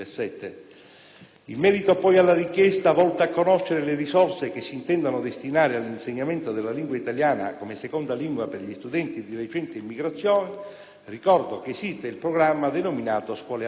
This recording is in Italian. In merito poi alla richiesta volta a conoscere le risorse che si intendono destinare all'insegnamento della lingua italiana come seconda lingua per gli studenti di recente immigrazione, ricordo che esiste il programma denominato «Scuole aperte».